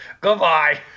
Goodbye